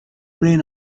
brain